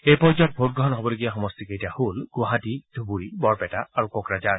এই পৰ্যায়ৰ ভোটগ্ৰহণ হ'বলগীয়া সমষ্টিকেইটা হ'ল গুৱাহাটী ধুবুৰী বৰণেটা আৰু কোকৰাঝাৰ